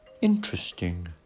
Interesting